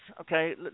okay